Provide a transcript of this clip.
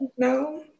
No